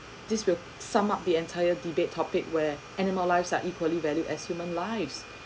this will sum up the entire debate topic where animal lives are equally valued as human lives